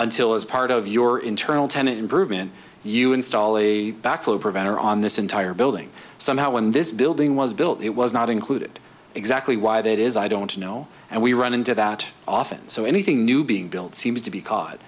until as part of your internal tenet improvement you install a backflow preventer on this entire building somehow when this building was built it was not included exactly why that is i don't know and we run into that often so anything new being built seems to be cau